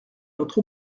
notre